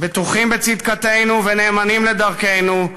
בטוחים בצדקתנו ונאמנים לדרכנו,